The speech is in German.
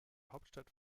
hauptstadt